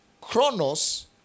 chronos